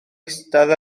eistedd